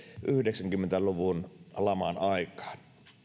yhdeksänkymmentä luvun laman aikaan